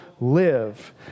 live